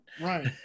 right